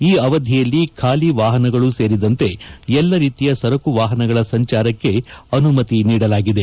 ಈ ಅವಧಿಯಲ್ಲಿ ಖಾಲಿ ವಾಹನಗಳು ಸೇರಿದಂತೆ ಎಲ್ಲಾ ರೀತಿಯ ಸರಕು ವಾಹನಗಳ ಸಂಚಾರಕ್ಕೆ ಅನುಮತಿ ನೀಡಲಾಗಿದೆ